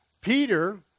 Peter